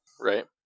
right